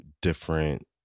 different